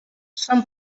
són